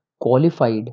qualified